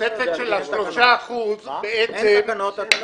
התוספת של 3% בעצם --- אין תקנות.